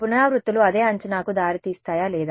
పునరావృత్తులు అదే అంచనాకు దారితీస్తాయా లేదా